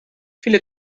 viele